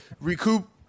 recoup